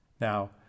Now